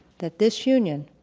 that this union,